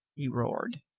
he roared.